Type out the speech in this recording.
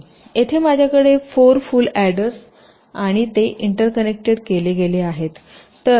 येथे माझ्याकडे 4 full adders आणि ते इंटर कनेक्टेड केले गेले होते